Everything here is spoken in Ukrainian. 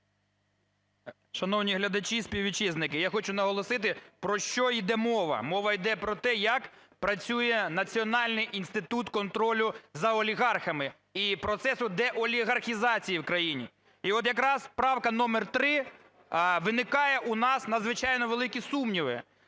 Шановні глядачі, співвітчизники, я хочу наголосити, про що йде мова. Мова йде про те, як працює національний інститут контролю за олігархами і процесу деолігархізації в країні. І от якраз правка номер 3… виникає у нас надзвичайно великі сумніви.